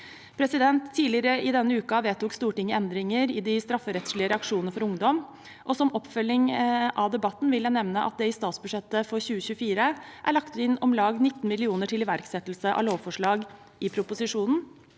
hjem. Tidligere denne uken vedtok Stortinget endringer i de strafferettslige reaksjonene for ungdom. Som oppfølging av debatten vil jeg nevne at det i statsbudsjettet for 2024 er lagt inn om lag 19 mill. kr til iverksettelse av lovforslag i proposisjonen